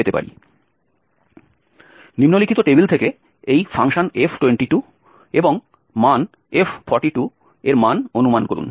নিম্নলিখিত টেবিল থেকে এই f এবং মান f এর মান অনুমান করুন